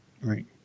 Right